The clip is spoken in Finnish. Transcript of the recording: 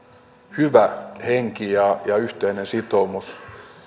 hyvä henki ja ja yhteinen sitoumus